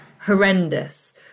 horrendous